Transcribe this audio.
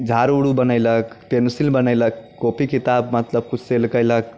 झाड़ू ओड़ू बनयलक पेंसिल बनैलक कॉपी किताब मतलब खुद सेल कयलक